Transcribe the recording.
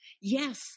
Yes